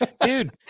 Dude